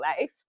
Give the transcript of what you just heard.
life